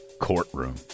courtroom